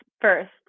first